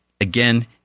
again